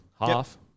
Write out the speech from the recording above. half